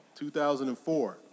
2004